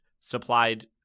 supplied